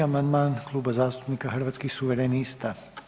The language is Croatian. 186. amandman Kluba zastupnika Hrvatskih suverenista.